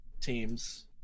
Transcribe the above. teams